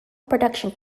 production